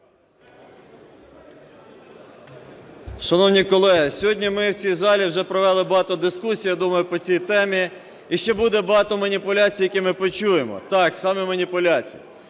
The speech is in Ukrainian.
Шановні колеги, сьогодні ми в цій залі вже провали багато дискусій, я думаю, по цій темі. І ще буде багато маніпуляцій, які ми почуємо. Так, саме маніпуляцій.